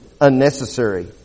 unnecessary